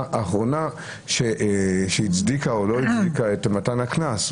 האחרונה שהצדיקה או לא הצדיקה את מתן הקנס.